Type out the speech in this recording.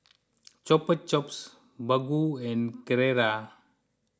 Chupa Chups Baggu and Carrera